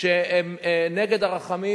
שהם נגד הרחמים,